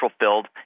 fulfilled